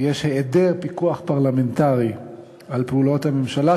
יש היעדר פיקוח פרלמנטרי על פעולות הממשלה,